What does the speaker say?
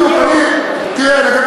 אל תקבל